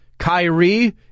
Kyrie